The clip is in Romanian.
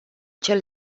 cel